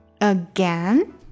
Again